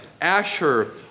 Asher